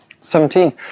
Seventeen